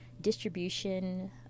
distribution